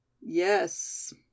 Yes